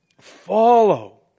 follow